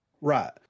right